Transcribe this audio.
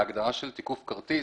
ההגדרה "תיקוף כרטיס"